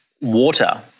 water